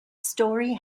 story